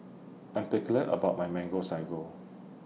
I'm particular about My Mango Sago